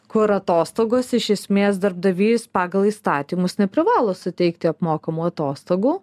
kur atostogos iš esmės darbdavys pagal įstatymus neprivalo suteikti apmokamų atostogų